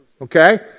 Okay